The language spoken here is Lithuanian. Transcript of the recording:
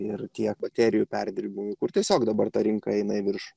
ir tiek baterijų perdirbimui kur tiesiog dabar ta rinka eina į viršų